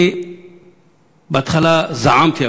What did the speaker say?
אני בהתחלה זעמתי,